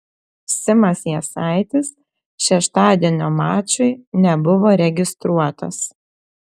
simas jasaitis šeštadienio mačui nebuvo registruotas